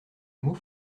mot